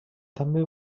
també